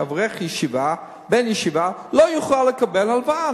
שאברך ישיבה לא יוכל לקבל הלוואה,